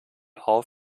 auf